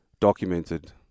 documented